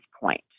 point